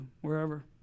wherever